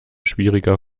schwieriger